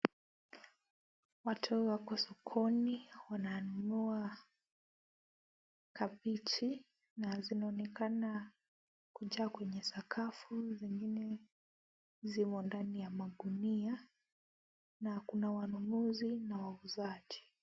Watu wako sokoni wananunua kabeji, na zinaonekana kujaa kwenye zingine zimo ndani ya magunia na kuna wanunuzi na wauzaji.